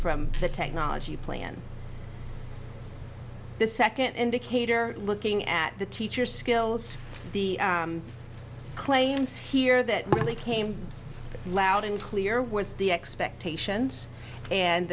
from the technology plan the second indicator looking at the teacher skills the claims here that really came loud and clear with the expectations and